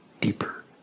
deeper